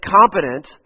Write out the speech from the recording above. competent